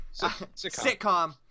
sitcom